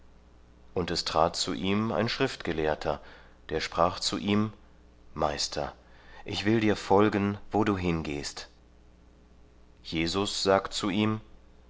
und es trat zu ihm ein schriftgelehrter der sprach zu ihm meister ich will dir folgen wo du hin gehst jesus sagt zu ihm